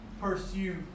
pursue